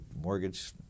mortgage